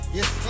Yes